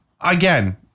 again